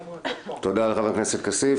תודה לחבר הכנסת כסיף.